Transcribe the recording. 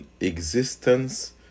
existence